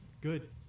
good